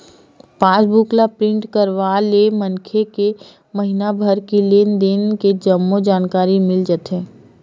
पास book ल print करवाय ले मनखे के महिना भर के लेन देन के जम्मो जानकारी मिल जाथे